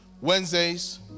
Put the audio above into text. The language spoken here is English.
Wednesdays